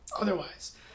otherwise